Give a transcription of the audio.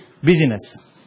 business